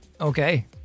Okay